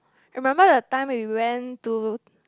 remember the time we went to